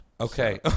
okay